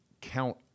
count